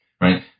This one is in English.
right